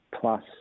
plus